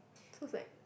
so is like